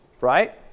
right